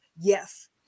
Yes